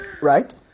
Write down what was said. right